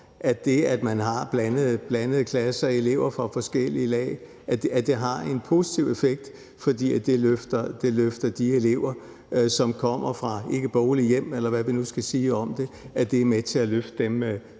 at det, at man har blandede klasser og elever fra forskellige lag, har en positiv effekt, fordi det er med til at løfte de elever, som kommer fra ikkeboglige hjem, eller hvad vi nu skal sige om det, samlet set. Jeg kan ikke ryste en